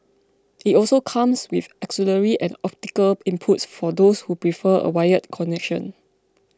it also comes with auxiliary and optical inputs for those who prefer a wired connection